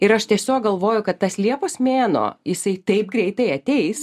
ir aš tiesiog galvoju kad tas liepos mėnuo jisai taip greitai ateis